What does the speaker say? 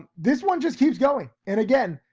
this one just keeps going. and again,